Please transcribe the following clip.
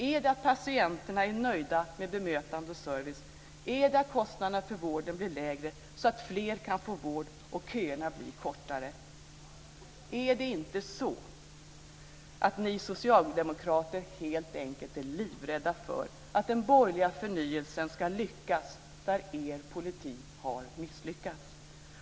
Är det att patienterna är nöjda med bemötande och service? Är det att kostnaderna för vården blir lägre, så att fler kan få vård och köerna blir kortare? Är det inte så att ni socialdemokrater helt enkelt är livrädda för att den borgerliga förnyelsen ska lyckas där er politik har misslyckats?